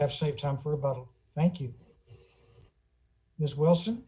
have saved time for about thank you ms wilson